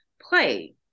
play